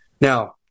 Now